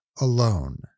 alone